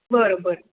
बरं बरं